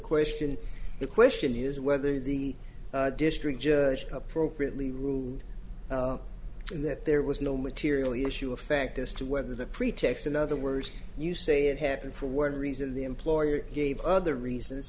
question the question is whether the district judge appropriately ruled that there was no material issue effect as to whether the pretext in other words you say it happened for word reason the employer gave other reasons